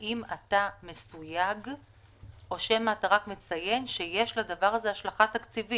האם אתה מסויג או שמא אתה רק מציין שיש לדבר הזה השלכה תקציבית,